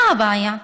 מה הבעיה?